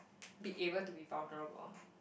be able to be vulnerable